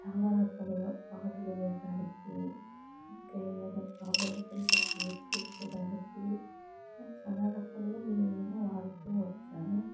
చాలా రకాలుగా పాటలు వేయడానికి ఇంకా ఏమైనా ప్రాబ్లమ్స్ ఉంటే షేర్ చేసుకోవడానికి చాలా రకాలుగా దీన్ని నేను వాడుతూ వచ్చాను